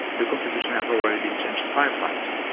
the constitution has already been changed five times.